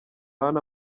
hano